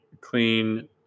clean